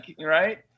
right